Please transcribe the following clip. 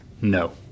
No